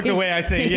yeah way i say. yeah,